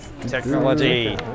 Technology